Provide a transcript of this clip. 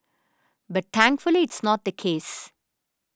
but thankfully it's not the case